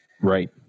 Right